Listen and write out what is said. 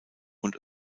und